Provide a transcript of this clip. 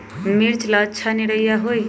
मिर्च ला अच्छा निरैया होई?